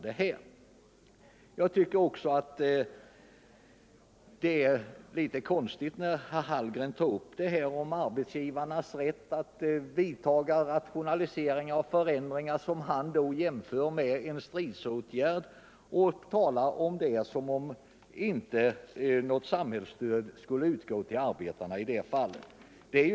Det är ju konstigt när herr Hallgren tar upp frågan om arbetsgivarnas rätt att vidtaga rationaliseringar och förändringar. Han jämför den rätten med en stridsåtgärd och talar om den som om inte något samhällsstöd skulle utgå till arbetarna när arbetsgivarna gör förändringar.